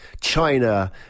China